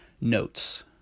notes